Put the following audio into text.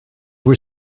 were